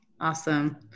Awesome